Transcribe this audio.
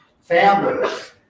Families